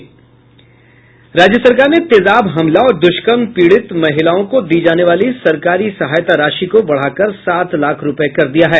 राज्य सरकार ने तेजाब हमला और दुष्कर्म पीड़ित महिलाओं को दी जाने वाली सरकारी सहायता राशि को बढ़ाकर सात लाख रूपये कर दिया है